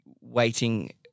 waiting